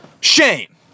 shame